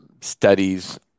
studies